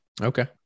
Okay